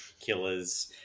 killer's